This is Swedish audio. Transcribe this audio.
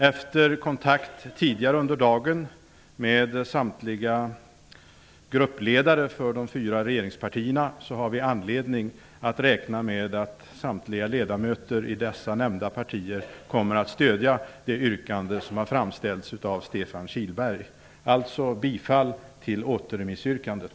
Efter kontakt tidigare under dagen med samtliga gruppledare för de fyra regeringspartierna har vi anledning att räkna med att samtliga ledamöter i dessa nämnda partier kommer att stöda det yrkande som har framställts av Stefan Kihlberg. Jag yrkar alltså bifall till återremissyrkandet.